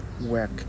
work